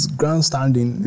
grandstanding